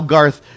Garth